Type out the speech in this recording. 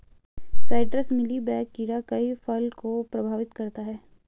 citrus mealy bug कीड़ा कई फल को प्रभावित करता है